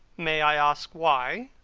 may i ask why?